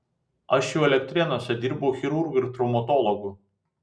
aš jau elektrėnuose dirbau chirurgu ir traumatologu